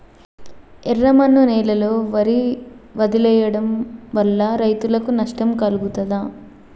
ఎర్రమన్ను నేలలో వరి వదిలివేయడం వల్ల రైతులకు నష్టం కలుగుతదా?